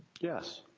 yes.